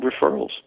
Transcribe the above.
referrals